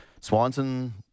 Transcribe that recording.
Swanson